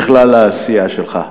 לכלל העשייה שלך.